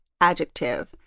adjective